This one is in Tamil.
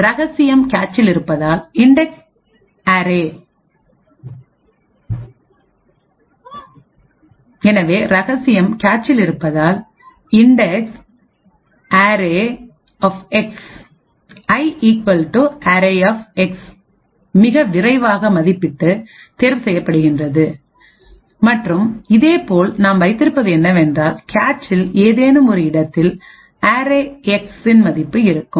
எனவே ரகசியம் கேச்சில் இருப்பதால்இன்டெக்ஸ் அரேஎக்ஸ்arrayx ஐ ஈக்குவல் டு அரேஎக்ஸ்I equal to arrayX மிக விரைவாக மதிப்பிடப்பட்டு தேர்வு செய்யப்படுகின்றது மற்றும் இதேபோல் நாம் வைத்திருப்பது என்னவென்றால் கேச்சில் ஏதேனும் ஒரு இடத்தில் அரேஎக்ஸ்arrayx இன் மதிப்பு இருக்கும்